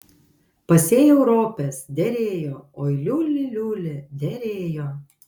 pasėjau ropes derėjo oi liuli liuli derėjo